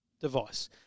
device